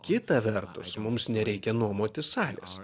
kita vertus mums nereikia nuomotis salės